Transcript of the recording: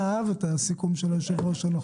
אהב את הסיכום של היושב ראש הנוכחי.